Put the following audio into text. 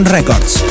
Records